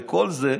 וכל זה,